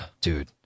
dude